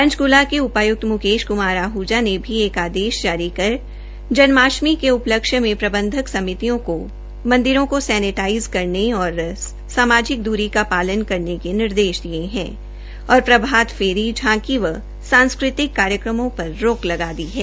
पंचकूला के उपाय्क्त मुकेश आहजा ने भी एक आदेश जारी कर जन्माष्टमी के उप्लक्ष्य में मंदिरों के प्रबंधक समितियों को सैनेटाइज करने और सामाजिक दूरी का पालन करने के निर्देश दिये है और प्रभात फेरी झांकी व सांस्कृतिक कार्यक्रमों पर रोक लगा दी है